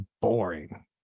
boring